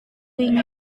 ingin